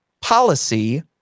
policy